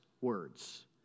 words